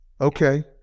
Okay